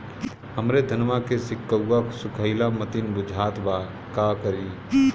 हमरे धनवा के सीक्कउआ सुखइला मतीन बुझात बा का करीं?